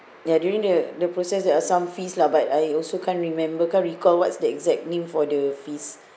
ya during the the process there are some fees lah but I also can't remember can't recall what's the exact name for the fees